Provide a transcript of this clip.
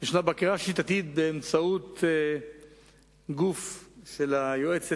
יש בקרה שיטתית באמצעות גוף של היועצת